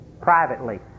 privately